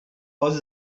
was